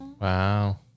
Wow